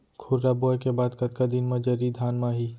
खुर्रा बोए के बाद कतका दिन म जरी धान म आही?